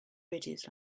ridges